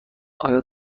آیا